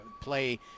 play